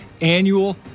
annual